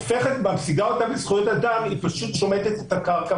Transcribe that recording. הופכת וממשיגה אותם לזכויות אדם היא פשוט שומטת את הקרקע